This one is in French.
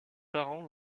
parents